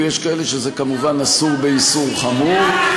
ויש כאלה שכלפיהם זה כמובן אסור באיסור חמור.